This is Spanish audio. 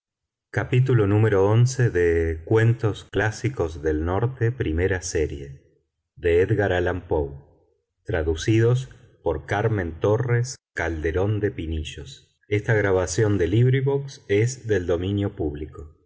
gutenberg orglicense title cuentos clásicos del norte primera serie author edgar allan poe translator carmen torres calderón de pinillos